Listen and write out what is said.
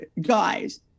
guys